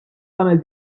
tagħmel